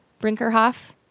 Brinkerhoff